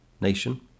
nation